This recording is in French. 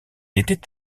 était